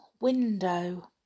window